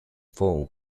phone